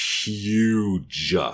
huge